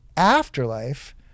afterlife